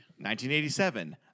1987